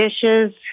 dishes